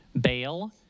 bail